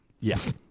Yes